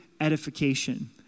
edification